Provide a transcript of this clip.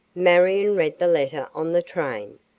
marion read the letter on the train.